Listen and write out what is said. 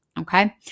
Okay